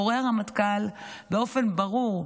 קורא הרמטכ"ל באופן ברור,